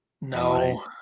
No